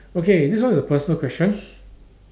okay this one is a personal question